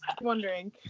wondering